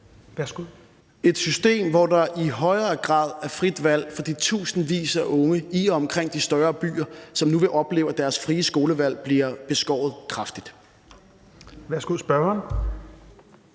Et system, hvor der i højere grad er frit valg for de tusindvis af unge i og omkring de større byer, som nu vil opleve, at deres frie skolevalg bliver beskåret kraftigt.